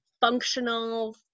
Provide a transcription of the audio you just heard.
functional